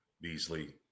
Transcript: Beasley